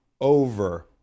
over